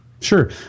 Sure